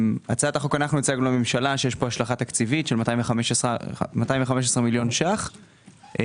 אנחנו הצגנו לממשלה שיש פה השלכה תקציבית של 215 מיליון ₪.